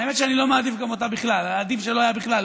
האמת היא שאני לא מעדיף גם אותה בכלל; עדיף שלא היה בכלל,